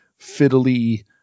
fiddly